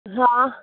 हाँ